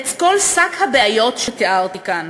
את כל שק הבעיות שתיארתי כאן,